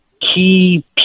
key